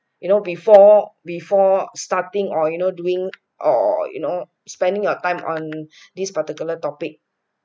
you know before before starting or you know doing or you know spending your time on this particular topic